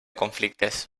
conflictes